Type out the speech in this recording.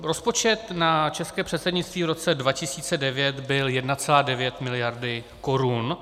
Rozpočet na české předsednictví v roce 2009 byl 1,9 miliardy korun.